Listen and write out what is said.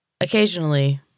Occasionally